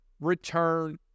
return